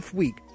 week